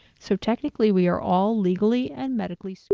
so technically we are all legally and medically so